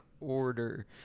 order